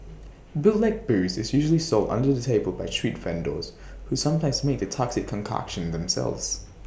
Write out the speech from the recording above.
bootleg booze is usually sold under the table by street vendors who sometimes make the toxic concoction themselves